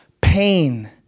pain